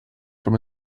from